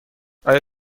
آیا